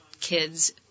kids